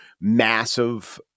massive